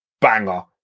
banger